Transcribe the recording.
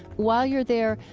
while you're there,